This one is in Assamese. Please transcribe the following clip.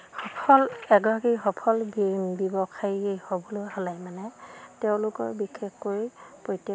সফল এগৰাকী সফল ব্যৱসায়ী হ'বলৈ হ'লে মানে তেওঁলোকৰ বিশেষকৈ প্ৰত্যেক